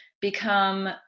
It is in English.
become